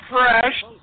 fresh